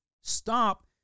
Stop